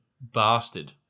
bastard